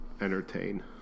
entertain